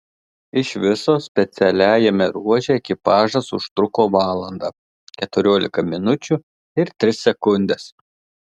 iš viso specialiajame ruože ekipažas užtruko valandą keturiolika minučių ir tris sekundes